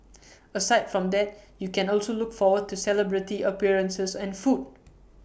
aside from that you can also look forward to celebrity appearances and food